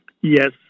yes